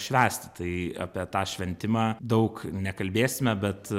švęsti tai apie tą šventimą daug nekalbėsime bet